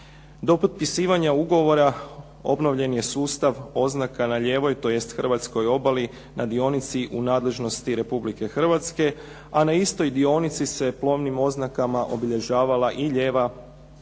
Do potpisivanja ugovora obnovljen je sustav oznaka na lijevoj, tj. hrvatskoj obali na dionici u nadležnosti Republike Hrvatske, a na istoj dionici se plovnim oznakama obilježavala i lijeva i